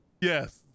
Yes